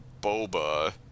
Boba